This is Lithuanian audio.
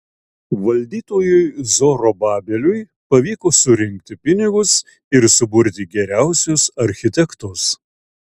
valdytojui zorobabeliui pavyko surinkti pinigus ir suburti geriausius architektus